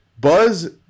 buzz